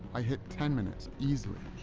i hit ten minutes easily.